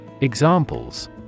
Examples